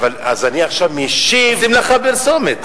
עושים לך פרסומת.